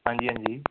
ਹਾਂਜੀ ਹਾਂਜੀ